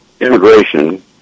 immigration